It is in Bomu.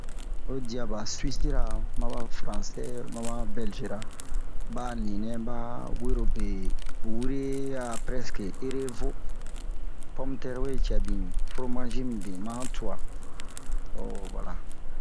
oyi diya suwisi-ra maba fransɛ maba bɛlze-ra ɓa a ninɛ ɓa wero be wure a prɛsk ere vo pome-tɛr we cɛ bin fromazi mibin ma han tuwa o wala